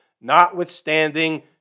notwithstanding